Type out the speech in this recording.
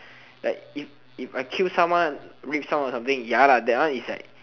but if if I kill someone rape someone or something ya lah that one is like